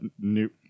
new